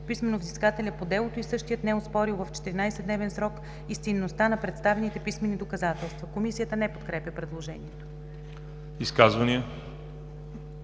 писмено взискателя по делото и същият не е оспорил в 14 дневен срок истинността на представените писмени доказателства.“ Комисията не подкрепя предложението. ПРЕДСЕДАТЕЛ